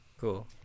cool